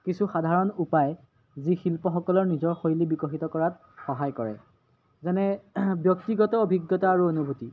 কিছু সাধাৰণ উপায় যি শিল্পসকলৰ নিজৰ শৈলী বিকশিত কৰাত সহায় কৰে যেনে ব্যক্তিগত অভিজ্ঞতা আৰু অনুভূতি